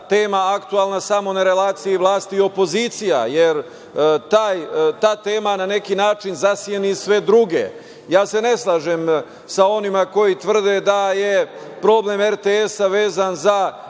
tema aktuelna samo na relaciji vlasti i opozicije, jer ta tema na neki način zaseni sve druge. Ja se ne slažem sa onima koji tvrde da je problem RTS-a vezan za